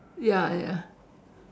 ya ya